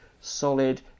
solid